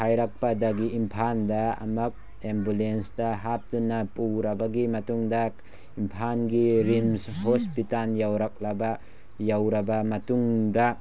ꯍꯥꯏꯔꯛꯄꯗꯒꯤ ꯏꯝꯐꯥꯜꯗ ꯑꯃꯨꯛ ꯑꯦꯝꯕꯨꯂꯦꯟꯁꯇ ꯍꯥꯞꯇꯨꯅ ꯄꯨꯔꯕꯒꯤ ꯃꯇꯨꯡꯗ ꯏꯝꯐꯥꯜꯒꯤ ꯔꯤꯝꯁ ꯍꯣꯁꯄꯤꯇꯥꯟ ꯌꯧꯔꯛꯂꯕ ꯌꯧꯔꯕ ꯃꯇꯨꯡꯗ